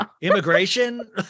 immigration